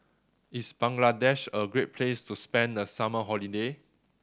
is Bangladesh a great place to spend the summer holiday